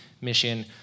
mission